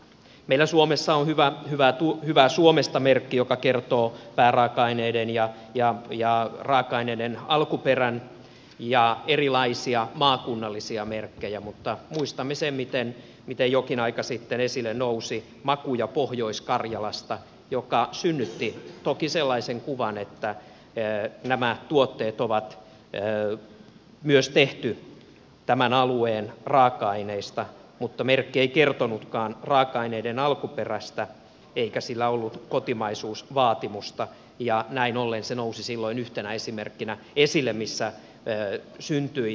meillä suomessa on hyvää suomesta merkki joka kertoo pääraaka aineiden ja raaka aineiden alkuperän ja erilaisia maakunnallisia merkkejä mutta muistamme sen miten jokin aika sitten esille nousi makuja pohjois karjalasta joka synnytti toki sellaisen kuvan että nämä tuotteet on myös tehty tämän alueen raaka aineista mutta merkki ei kertonutkaan raaka aineiden alkuperästä eikä sillä ollut kotimaisuusvaatimusta ja näin ollen se nousi silloin yhtenä esimerkkinä esille missä syntyi harhaanjohtava kuva